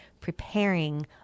preparing